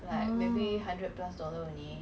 uh